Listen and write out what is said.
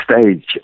stage